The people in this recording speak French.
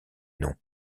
nom